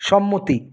সম্মতি